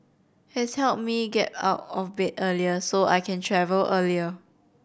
has helped me get out of bed earlier so I can travel earlier